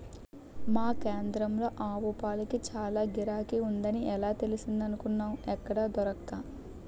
మా కేంద్రంలో ఆవుపాలకి చాల గిరాకీ ఉందని ఎలా తెలిసిందనుకున్నావ్ ఎక్కడా దొరక్క